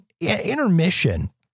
intermission